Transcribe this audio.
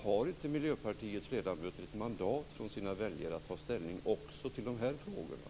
Har inte Miljöpartiets ledamöter ett mandat från sina väljare att ta ställning också till de här frågorna?